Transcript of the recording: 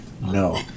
no